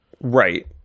Right